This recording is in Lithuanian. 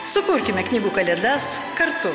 sukurkime knygų kalėdas kartu